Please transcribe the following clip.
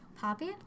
Poppy